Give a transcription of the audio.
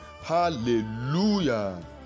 Hallelujah